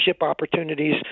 opportunities